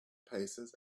paces